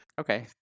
Okay